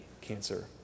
cancer